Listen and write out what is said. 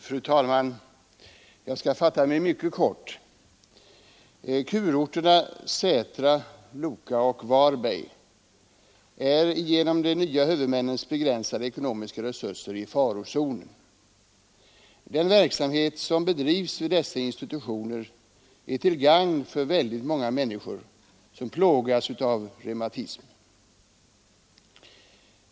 Fru talman! Jag skall fatta mig mycket kort. Kurorterna Sätra, Loka och Varberg är genom de nya huvudmännens begränsade ekonomiska resurser i farozonen. Den verksamhet som bedrivs vid dessa institutioner är till stort gagn för väldigt många människor som plågas av reumatism.